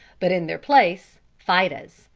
but in their place, fidas,